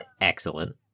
Excellent